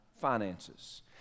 finances